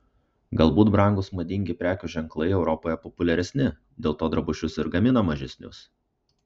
galbūt brangūs madingi prekių ženklai europoje populiaresni dėl to drabužius ir gamina mažesnius